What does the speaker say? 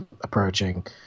approaching